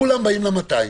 כולם באים ל-200.